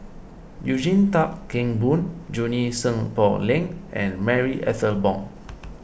Eugene Tan Kheng Boon Junie Sng Poh Leng and Marie Ethel Bong